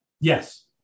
Yes